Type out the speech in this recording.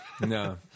No